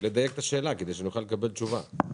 את השאלה כדי שנוכל לקבל תשובה.